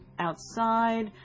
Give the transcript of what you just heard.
outside